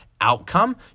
outcome